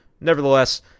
nevertheless